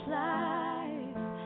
life